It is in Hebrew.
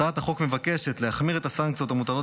הצעת החוק מבקשת להחמיר את הסנקציות המוטלות